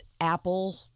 Apple